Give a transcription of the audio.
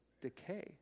decay